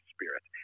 Spirit